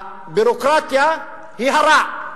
הביורוקרטיה היא הרע.